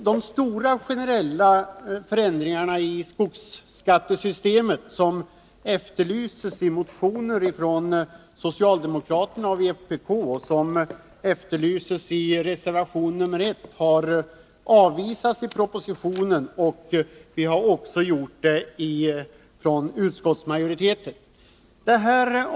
De stora, generella förändringar i skogsbeskattningssystemet som efterlysesi motioner från socialdemokraterna och vpk och i den socialdemokratiska reservationen nr 1 har avvisats i propositionen och också från utskottsmajoritetens sida.